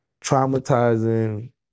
traumatizing